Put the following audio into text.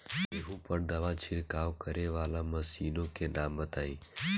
गेहूँ पर दवा छिड़काव करेवाला मशीनों के नाम बताई?